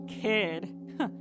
Kid